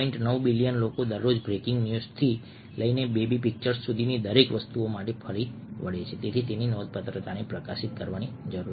9 billion લોકો દરરોજ breaking ન્યૂઝથી લઈને બેબી પિક્ચર્સ સુધીની દરેક વસ્તુ માટે ફરી વળે છે તેથી તેના નોંધપાત્રને પ્રકાશિત કરવાની જરૂર છે